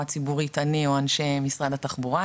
ציבורית אני או אנשי משרד התחבורה,